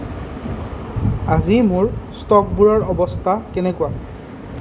আজি মোৰ ষ্টকবোৰৰ অৱস্থা কেনেকুৱা